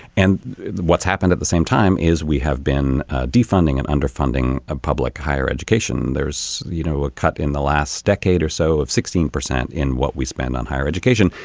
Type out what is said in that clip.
and what's happened at the same time is we have been defunding and underfunding ah public higher education. there's you know a cut in the last decade or so of sixteen percent in what we spend on higher education.